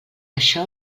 això